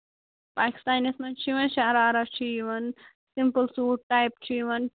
پاکِستانِیَس منٛز چھُ یِوان شَرارا چھُ یِوان سِمپٔل سوٗٹھ ٹایپ چھُ یِوان